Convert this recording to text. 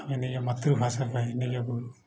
ଆମେ ନିଜ ମାତୃଭାଷା ପାଇଁ ନିଜ ଗୁରୁ